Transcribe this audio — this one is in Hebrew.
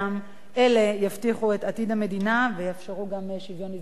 אלה יבטיחו את עתיד המדינה ויאפשרו גם שוויון הזדמנויות לכולם.